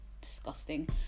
disgusting